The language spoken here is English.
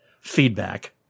feedback